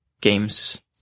games